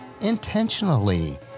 intentionally